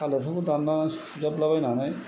थालिरफोरखौ दानलाना सुजाबलाबायनानै